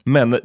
Men